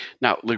Now